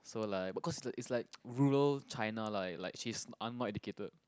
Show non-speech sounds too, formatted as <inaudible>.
so like because it it's like <noise> rural China lah like she's un~ not educated